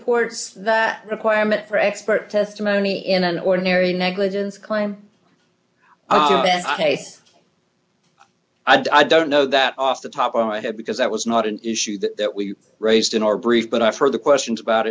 supports that requirement for expert testimony in an ordinary negligence claim case i don't know that off the top of my head because that was not an issue that we raised in our brief but i've heard the questions about